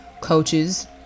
coaches